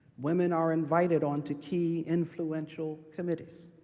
women are invited onto key influential committees.